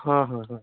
ହଁ ହଁ ହଁ